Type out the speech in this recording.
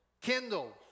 Kindle